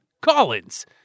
collins